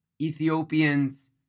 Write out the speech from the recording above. Ethiopians